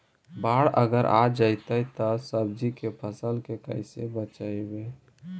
बाढ़ अगर आ जैतै त सब्जी के फ़सल के कैसे बचइबै?